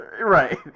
Right